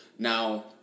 Now